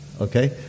okay